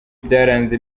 byaranze